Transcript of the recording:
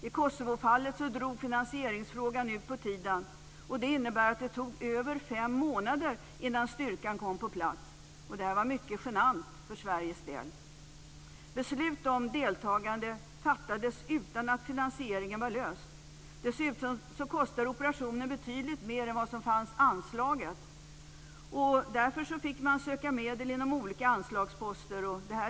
I Kosovofallet drog finansieringsfrågan ut på tiden, vilket innebar att det tog över fem månader innan styrkan kom på plats. Detta var mycket genant för Sveriges del. Beslut om deltagande fattades utan att finansieringen var löst. Dessutom kostade operationen betydligt mer än vad som fanns i anslaget. Därför fick man söka medel inom olika anslagsposter.